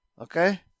Okay